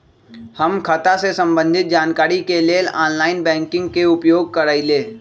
हम खता से संबंधित जानकारी के लेल ऑनलाइन बैंकिंग के उपयोग करइले